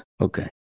Okay